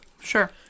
Sure